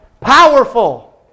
powerful